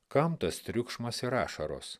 kam tas triukšmas ir ašaros